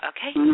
Okay